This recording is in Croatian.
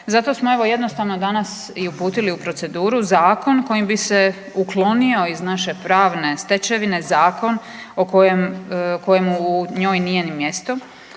Zato smo evo jednostavno danas i uputili u proceduru zakon kojim bi se uklonio iz naše pravne stečevine zakon kojemu u njoj nije ni mjesto